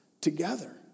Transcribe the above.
together